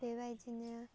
बेबायदिनो